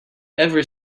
ever